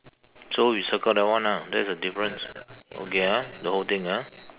so you circle that one ah that is the difference okay ah the whole thing ah